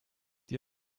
die